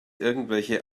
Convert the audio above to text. irgendwelche